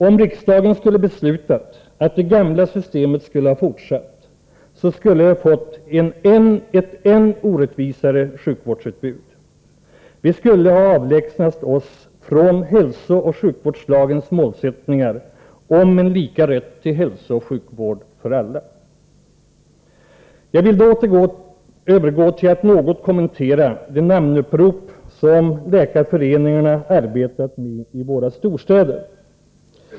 Om riksdagen skulle ha beslutat att det gamla systemet skulle ha fortsatt, skulle vi fått ett än orättvisare sjukvårdsutbud. Vi skulle ha avlägsnat oss från hälsooch sjukvårdslagens målsättningar om lika rätt till hälsooch sjukvård för alla. Jag övergår nu till att något kommentera det namnupprop som läkarföreningarna arbetat med i våra storstäder.